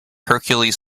hercules